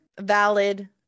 valid